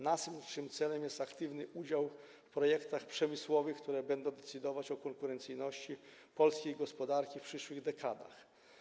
Naszym celem jest aktywny udział w projektach przemysłowych, które będą decydować o konkurencyjności polskiej gospodarki w przyszłych dekadach.